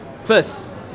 first